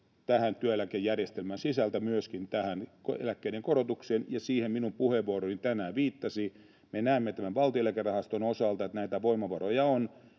työeläkejärjestelmän sisältä myöskin eläkkeiden korotukseen, ja siihen minun puheenvuoroni tänään viittasi. Me näemme Valtion Eläkerahaston osalta, että näitä voimavaroja on,